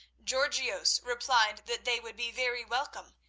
georgios replied that they would be very welcome,